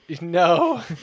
No